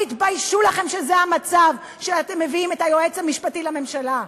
תתביישו לכם שזה המצב שאתם מביאים אליו את היועץ המשפטי לממשלה,